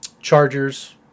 Chargers